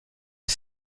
est